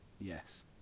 yes